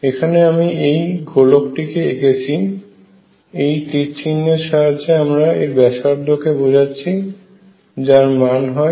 এখানে আমি এই গোলকটিকে এঁকেছি এই তীর চিহ্ন সাহায্যে আমরা এর ব্যাসার্ধকে বোঝাচ্ছি যার মান হয় 1